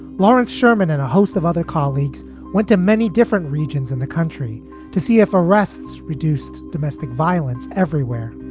lawrence sherman and a host of other colleagues went to many different regions in the country to see if arrests reduced domestic violence everywhere.